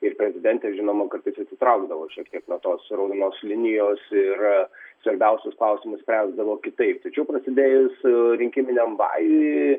ir prezidentė žinoma kartais atsitraukdavo šiek tiek nuo tos raudonos linijos ir svarbiausius klausimus spręsdavo kitaip tačiau prasidėjus rinkiminiam vajui